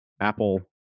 Apple